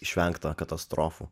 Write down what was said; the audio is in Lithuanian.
išvengta katastrofų